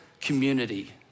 community